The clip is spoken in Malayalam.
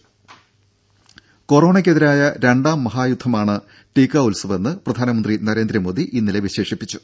ദേദ കൊറോണക്കെതിരായ രണ്ടാം മഹായുദ്ധമാണ് ടീക്ക ഉത്സവെന്ന് പ്രധാനമന്ത്രി നരേന്ദ്രമോദി ഇന്നലെ വിശേഷിപ്പിച്ചു